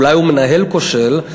אולי הוא מנהל כושל,